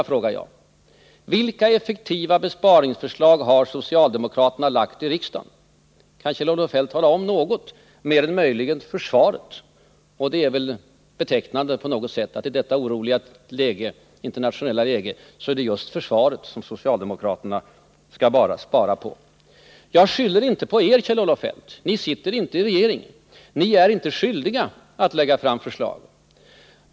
Då frågar jag: Vilka effektiva besparingsförslag har socialdemokraterna lagt fram i riksdagen? Kan Kjell-Olof Feldt tala om något, mer än möjligen när det gäller försvaret? Det är väl betecknande att i detta oroliga internationella läge är det just försvaret socialdemokraterna skall spara på. Jag skyller inte på er socialdemokrater, Kjell-Olof Feldt. Ni sitter inte i regeringen, ni är inte skyldiga att lägga fram förslag.